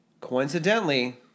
Coincidentally